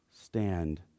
stand